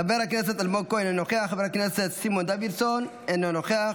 חבר הכנסת אלמוג כהן, אינו נוכח,